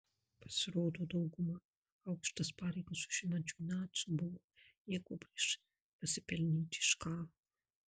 pasirodo dauguma aukštas pareigas užimančių nacių buvo nieko prieš pasipelnyti iš karo